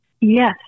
Yes